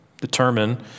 determine